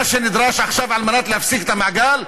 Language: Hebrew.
מה שנדרש עכשיו על מנת להפסיק את המעגל,